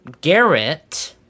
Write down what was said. Garrett